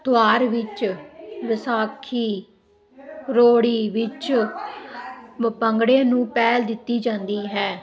ਤਿਉਹਾਰ ਵਿੱਚ ਵਿਸਾਖੀ ਲੋਹੜੀ ਵਿੱਚ ਵ ਭੰਗੜੇ ਨੂੰ ਪਹਿਲ ਦਿੱਤੀ ਜਾਂਦੀ ਹੈ